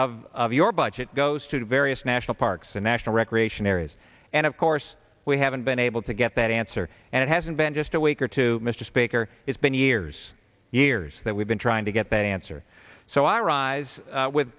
of your budget goes to the various national parks and national recreation areas and of course we haven't been able to get that answer and it hasn't been just a week or two mr speaker it's been years years that we've been trying to get that answer so i rise with